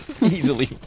easily